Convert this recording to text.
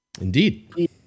Indeed